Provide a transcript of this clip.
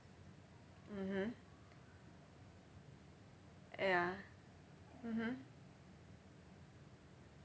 mmhmm ya mmhmm